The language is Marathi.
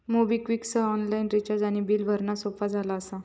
मोबिक्विक सह ऑनलाइन रिचार्ज आणि बिल भरणा सोपा झाला असा